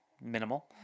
minimal